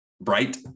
bright